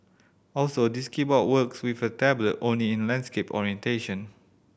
also this keyboard works with the tablet only in landscape orientation